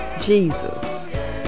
Jesus